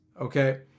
Okay